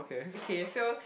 okay so